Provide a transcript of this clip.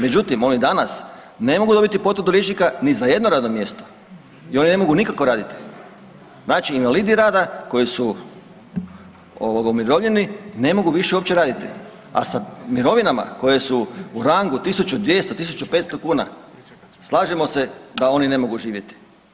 Međutim, oni danas ne mogu dobiti potvrdu liječnika ni za jedno radno mjesto i oni ne mogu nikako raditi, znači invalidi rada koji su umirovljeni ne mogu više uopće raditi. a sa mirovinama koje su u rangu 1.200, 1.500 kuna slažemo se da oni ne mogu živjeti.